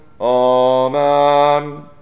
Amen